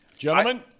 Gentlemen